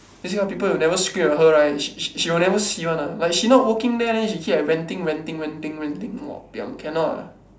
this kind of people you never scream at her right she she she will never see one ah like she not working meh then she keep like ranting ranting ranting ranting wah piang cannot ah